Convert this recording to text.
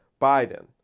Biden